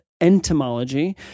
entomology